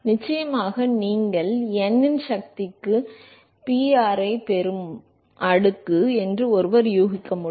எனவே நிச்சயமாக நீங்கள் n இன் சக்திக்கு Pr ஐப் பெறும் அடுக்கு என்று ஒருவர் யூகிக்க முடியும்